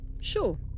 Sure